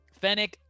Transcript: fennec